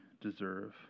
deserve